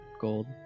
gold